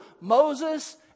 Moses